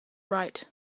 right